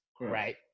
right